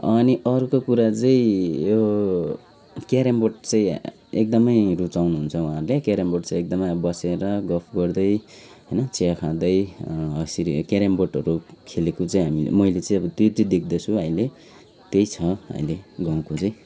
अनि अर्कोको कुरा चाहिँ यो क्यारम बोर्ड चाहिँ एकदमै रुचाउनुहुन्छ उहाँहरूले क्यारम बोर्ड चाहिँ एकदमै बसेर गफ गर्दै होइन चिया खाँदै यसरी क्यारम बोर्डहरू खेलेको चाहिँ हामीले मैले चाहिँ अब त्यो चाहिँ देख्दैछु अहिले त्यही छ अहिले गाउँको चाहिँ